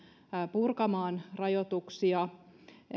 purkamaan rajoituksia